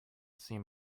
seem